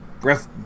Breath